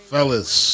Fellas